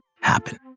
happen